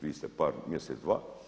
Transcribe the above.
Vi ste par, mjesec, dva.